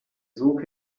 sog